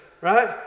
Right